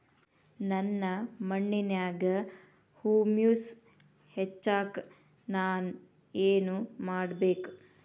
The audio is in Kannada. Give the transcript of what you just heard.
ನನ್ನ ಮಣ್ಣಿನ್ಯಾಗ್ ಹುಮ್ಯೂಸ್ ಹೆಚ್ಚಾಕ್ ನಾನ್ ಏನು ಮಾಡ್ಬೇಕ್?